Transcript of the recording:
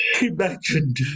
Imagined